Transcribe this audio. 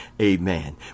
Amen